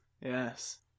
yes